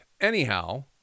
anyhow